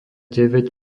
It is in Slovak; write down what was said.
deväť